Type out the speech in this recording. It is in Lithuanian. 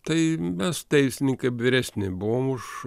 tai mes teisininkai vyresni buvom už